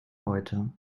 heute